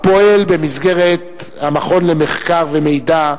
הפועל במסגרת מרכז המחקר והמידע,